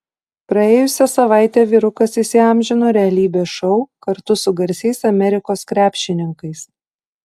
praėjusią savaitę vyrukas įsiamžino realybės šou kartu su garsiais amerikos krepšininkais